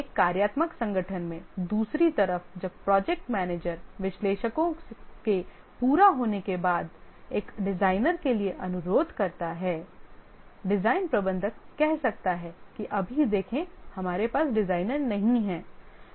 एक कार्यात्मक संगठन में दूसरी तरफ जब प्रोजेक्ट मैनेजर विश्लेषकों के पूरा होने के बाद एक डिजाइनर के लिए अनुरोध करता है डिज़ाइन प्रबंधक कह सकता है कि अभी देखें हमारे पास डिज़ाइनर नहीं हैं